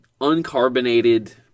uncarbonated